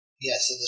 Yes